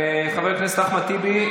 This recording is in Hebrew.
חבר הכנסת אחמד טיבי,